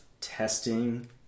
testing